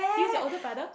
serious your older brother